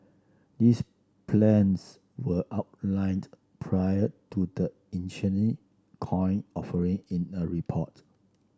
these plans were outlined prior to the coin offering in a report